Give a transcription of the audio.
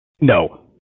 No